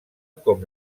com